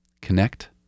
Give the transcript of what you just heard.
Connect